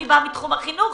אני באה מתחום החינוך,